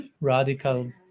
radical